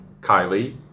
Kylie